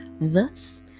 Thus